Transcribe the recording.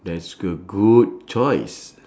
that's good good choice